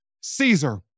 Caesar